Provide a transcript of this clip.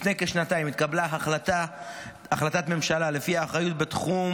לפני כשנתיים התקבלה החלטת ממשלה שלפיה האחריות בתחום